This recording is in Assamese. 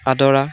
আদৰা